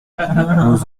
onze